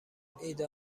ایده